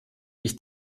ich